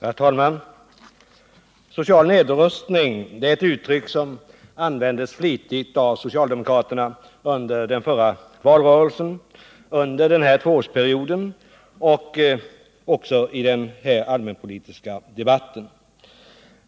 Herr talman! Social nedrustning är ett uttryck som användes flitigt av socialdemokraterna under den förra valrörelsen, under den här tvåårsperioden och även här i denna allmänpolitiska debatt.